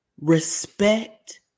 Respect